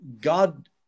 god